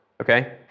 okay